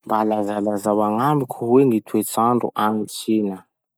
Mba lazalazao agnamiko hoe gny toetsandro agny Chine?